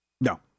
No